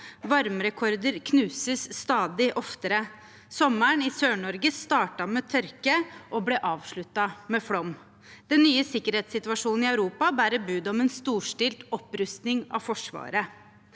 Varmerekorder knuses stadig oftere. Sommeren i SørNorge startet med tørke og ble avsluttet med flom. Den nye sikkerhetssituasjonen i Europa bærer bud om en storstilt opprustning av Forsvaret.